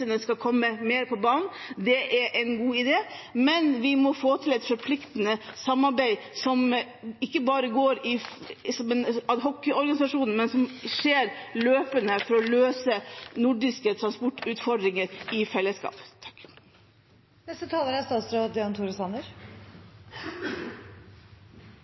skal komme mer på banen. Det er en god idé. Men vi må få til et forpliktende samarbeid, ikke bare som en adhocorganisasjon, men et løpende samarbeid for å løse nordiske transportutfordringer i fellesskap. Jeg merker meg at det er